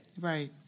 right